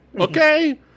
Okay